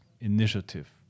initiative